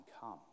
come